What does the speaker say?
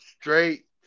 straight